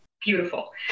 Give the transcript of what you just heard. beautiful